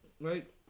right